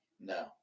No